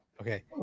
Okay